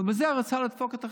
ובזה הוא רצה לדפוק את החרדים.